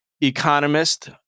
economist